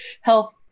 health